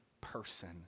person